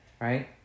Right